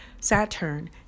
Saturn